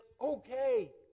okay